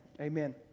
Amen